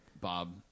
Bob